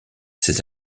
ses